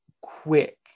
quick